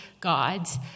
gods